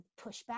pushback